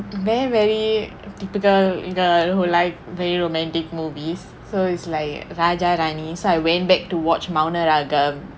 the very very typical girl who like very romantic movies so it's like rajarani so I went back to watch Mouna Raagam raagam